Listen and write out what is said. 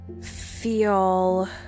feel